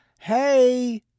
hey